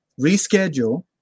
reschedule